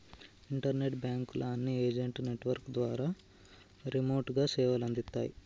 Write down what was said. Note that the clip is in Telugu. ఇంటర్నెట్ బాంకుల అన్ని ఏజెంట్ నెట్వర్క్ ద్వారా రిమోట్ గా సేవలందిత్తాయి